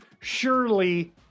surely